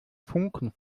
funken